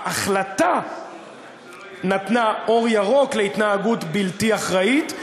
ההחלטה נתנה אור ירוק להתנהגות בלתי אחראית,